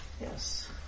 Yes